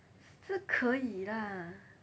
是可以 lah